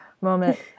moment